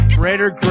greater